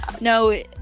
No